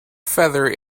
feather